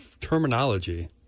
terminology